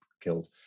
killed